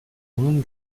onun